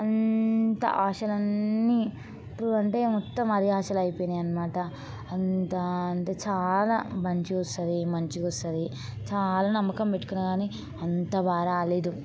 అంతా ఆశలన్నీ ఇప్పుడంటే మొత్తం అడియాసలు అయిపోనాయి అనమాట అంతా అంటే చాలా మంచిగొస్తుంది మంచిగొస్తుంది చాలా నమ్మకం పెట్టుకున్నాను కానీ అంత బాగా రాలేదు